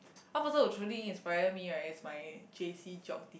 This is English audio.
one person who truly inspire me right is my J_C geog tea~